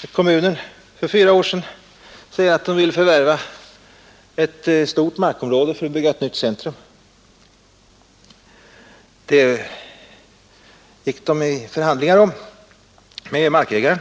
där kommunen för fyra år sedan förklarade sig vilja förvärva ett stort markområde för att bygga ett nytt centrum. Det gick kommunen i förhandlingar om med markägaren.